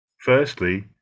Firstly